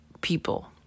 people